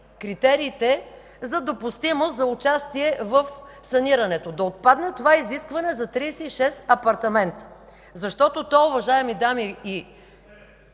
критериите за допустимост за участие в санирането. Да отпадне това изискване за 36 апартамента, защото то, уважаеми дами и